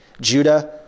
Judah